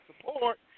support